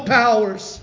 powers